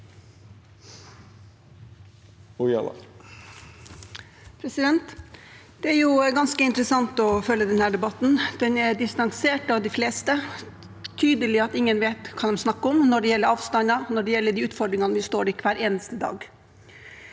Det er ganske interes- sant å følge denne debatten. Den er distansert for de flestes del, og det er tydelig at ingen vet hva de snakker om når det gjelder avstander og de utfordringene vi står i hver eneste dag.